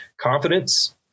confidence